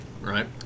right